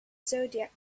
zodiac